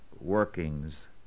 workings